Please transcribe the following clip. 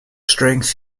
strength